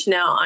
Now